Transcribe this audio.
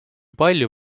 palju